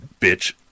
Bitch